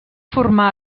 formà